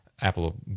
Apple